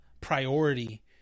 priority